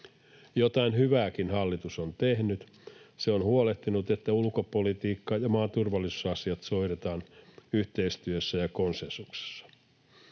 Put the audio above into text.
Jotain hyvääkin hallitus on tehnyt. Se on huolehtinut, että ulkopolitiikka ja maan turvallisuusasiat hoidetaan yhteistyössä ja konsensuksessa.